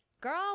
girl